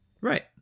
Right